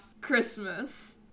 Christmas